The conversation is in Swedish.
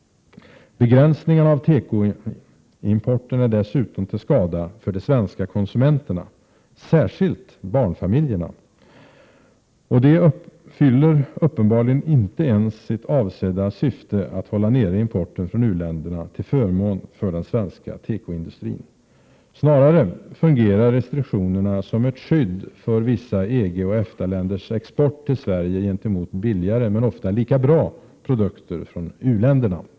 Begränsningarna av tekoimporten är dessutom till skada för de svenska konsumenterna — särskilt barnfamiljerna — och de fyller uppenbarligen inte ens sitt avsedda syfte att hålla nere importen från u-länderna till förmån för den svenska tekoindustrin. Snarare fungerar restriktionerna som ett skydd för vissa EG och EFTA-länders export till Sverige gentemot billigare men ofta lika bra produkter från u-länderna.